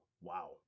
Wow